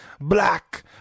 Black